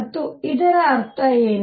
ಮತ್ತು ಇದರ ಅರ್ಥವೇನು